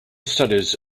studies